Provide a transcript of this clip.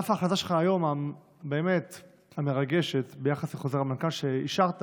שעל אף החלטתך היום הבאמת-מרגשת ביחס לחוזר למנכ"ל שאישרת,